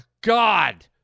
God